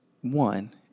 one-